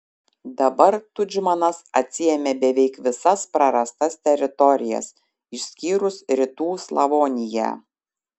dabar tudžmanas atsiėmė beveik visas prarastas teritorijas išskyrus rytų slavoniją